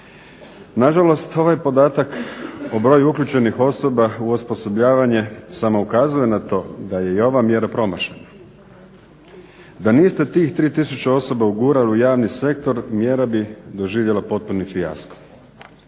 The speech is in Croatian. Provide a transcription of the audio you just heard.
Nažalost ovaj podatak o broju uključenih osoba u osposobljavanje samo ukazuje na to da je i ova mjera promašena. Da niste tih 3 tisuće osoba ugurali u javni sektor mjera bi doživjela potpuni fijasko.